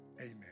amen